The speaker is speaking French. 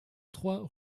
trois